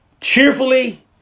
cheerfully